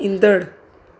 ईंदड़ु